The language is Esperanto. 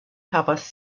havas